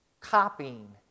copying